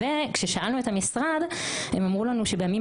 וכששאלנו את המשרד הם אמרו לנו: בימים